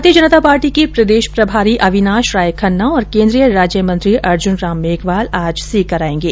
भारतीय जनता पार्टी के प्रदेश प्रभारी अविनाश राय खन्ना और केन्द्रीय राज्य मंत्री अर्जुन राम मेघवाल आज सीकर आयेंगे